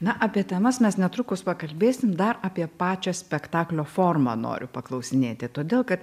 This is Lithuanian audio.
na apie temas mes netrukus pakalbėsim dar apie pačią spektaklio formą noriu paklausinėti todėl kad